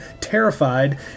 terrified